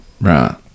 Right